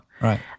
Right